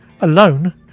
Alone